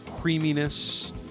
creaminess